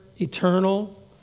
Eternal